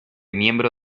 miembro